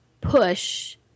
push